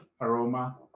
aroma